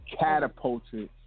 catapulted